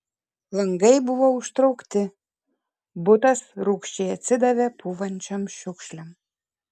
langai buvo užtraukti butas rūgščiai atsidavė pūvančiom šiukšlėm